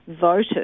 voted